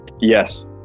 Yes